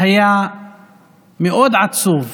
היה מאוד עצוב